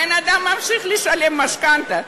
הבן-אדם ממשיך לשלם משכנתה,